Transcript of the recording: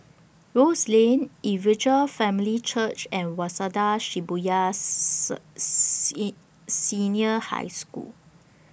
Rose Lane Evangel Family Church and Waseda Shibuya Sir Senior High School